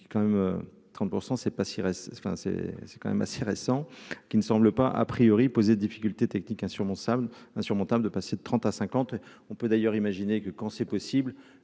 c'est quand même assez récent, qui ne semble pas, a priori, poser difficultés techniques insurmontables insurmontable de passer de 30 à 50 on peut d'ailleurs imaginer que quand c'est possible,